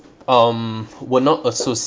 um will not associate